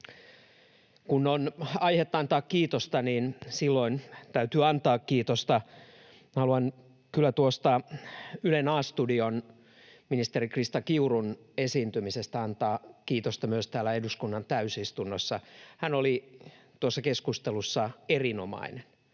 Kun on aihetta antaa kiitosta, niin silloin täytyy antaa kiitosta. Haluan kyllä ministeri Krista Kiurun Ylen A-studion esiintymisestä antaa kiitosta myös täällä eduskunnan täysistunnossa. Hän oli tuossa keskustelussa erinomainen.